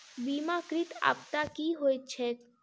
बीमाकृत आपदा की होइत छैक?